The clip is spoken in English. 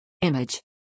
Image